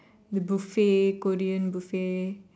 the buffet Korean buffet